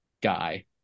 guy